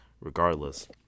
regardless